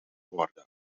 worden